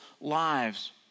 lives